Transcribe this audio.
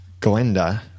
Glenda